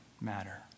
matter